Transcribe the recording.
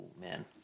man